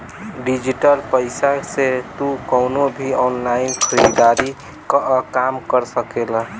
digital पईसा से तू कवनो भी ऑनलाइन खरीदारी कअ काम कर सकेला